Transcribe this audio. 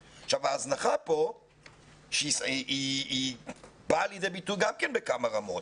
ההזנחה פה באה לידי ביטוי גם בכמה רמות.